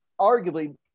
arguably